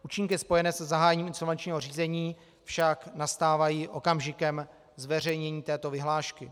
Účinky spojené se zahájením insolvenčního řízení však nastávají okamžikem zveřejnění této vyhlášky.